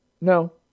No